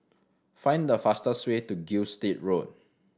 find the fastest way to Gilstead Road